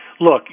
look